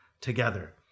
together